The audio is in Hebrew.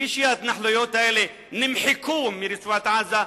וכפי שההתנחלויות האלה נמחקו מרצועת-עזה,